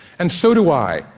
and so do i,